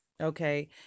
Okay